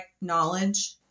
knowledge